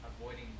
avoiding